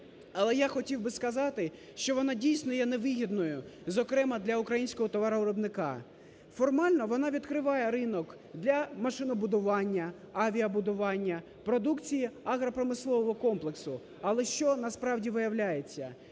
Але я хотів би сказати, що вона дійсно є невигідною, зокрема, для українського товаровиробника. Формально вона відкриває ринок для машинобудування, авіабудування, продукції агропромислового комплексу. Але що насправді виявляється?